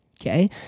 Okay